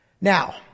Now